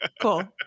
cool